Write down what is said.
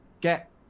get